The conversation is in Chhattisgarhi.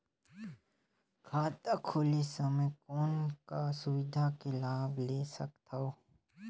खाता खोले समय कौन का सुविधा के लाभ ले सकथव?